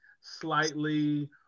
slightly